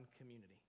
community